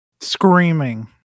screaming